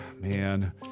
Man